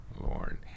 Lord